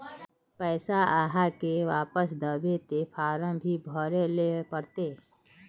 पैसा आहाँ के वापस दबे ते फारम भी भरें ले पड़ते?